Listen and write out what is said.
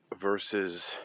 versus